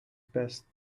passed